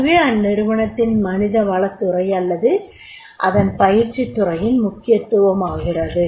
அதுவே அந்நிறுவனத்தின் மனித வளத்துறை அல்லது அதன் பயிற்சித்துறையின் முக்கியத்துவமாகிறது